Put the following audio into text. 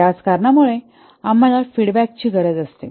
याच कारणामुळे आम्हाला फीडबॅक ची गरज असते